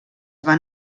van